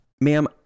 ma'am